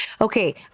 Okay